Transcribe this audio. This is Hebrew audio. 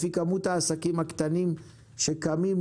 לפי כמות העסקים הקטנים שקמים,